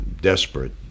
desperate